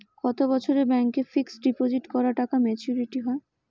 কত বছরে ব্যাংক এ ফিক্সড ডিপোজিট করা টাকা মেচুউরিটি হয়?